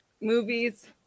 movies